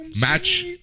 match